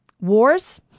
wars